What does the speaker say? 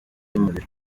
y’umuriro